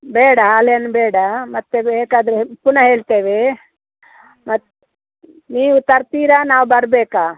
ಬೇಡ ಹಾಲೇನೂ ಬೇಡ ಮತ್ತೆ ಬೇಕಾದರೆ ಪುನಃ ಹೇಳ್ತೇವೆ ಮತ್ತು ನೀವು ತರ್ತೀರಾ ನಾವು ಬರಬೇಕಾ